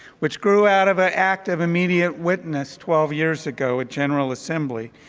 which grew out of an act of immediate witness twelve years ago at general assembly,